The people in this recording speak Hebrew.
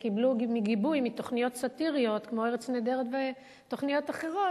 שקיבלו גיבוי מתוכניות סאטיריות כמו "ארץ נהדרת" ותוכניות אחרות,